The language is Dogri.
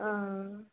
हां